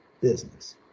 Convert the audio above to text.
business